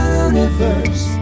universe